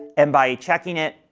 and by checking it,